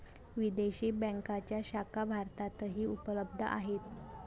विदेशी बँकांच्या शाखा भारतातही उपलब्ध आहेत